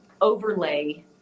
overlay